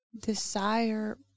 desire